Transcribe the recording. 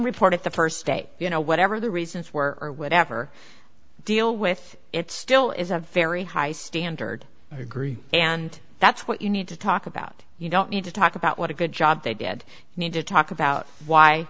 report it the first day you know whatever the reasons were or whatever deal with it still is a very high standard i agree and that's what you need to talk about you don't need to talk about what a good job they did need to talk about why